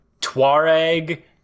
Tuareg